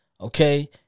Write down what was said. Okay